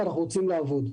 כי אנחנו רוצים לעבוד,